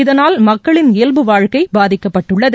இதனால் மக்களின் இயல்பு வாழ்க்கை பாதிக்கப்பட்டுள்ளது